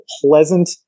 pleasant